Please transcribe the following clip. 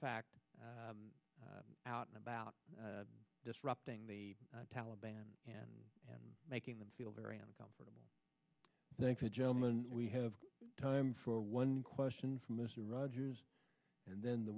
fact out and about disrupting the taliban and and making them feel very uncomfortable i think the gentleman we have time for one question for mr rogers and then the